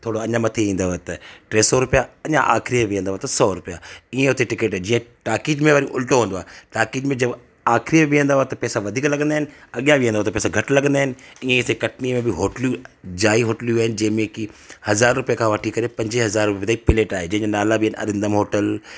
थोरो अञा मथे ईंदव त टे सौ रुपिया अञा आखिरीअ में वेहंदव त सौ रुपिया ईअं उते टिकेट जीअं टाकीज में वरी उलटो हूंदो आहे टाकीज में जे आखिरीअ में वेहंदव त पेसा वधीक लॻंदा आहिनि अॻियां वेहंदव त पेसा घटि लॻंदा आहिनि ईअं ई हिते कटनीअ में बि होटलूं जाई होटलूं आहिनि जंहिंमे की हज़ार रुपये खां वठी करे पंजे हज़ारें ताईं पिलेट आहे जेके नाला बि यादि आहिनि अरिंदनम होटल